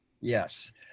Yes